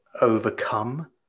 overcome